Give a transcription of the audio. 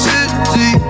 City